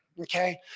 okay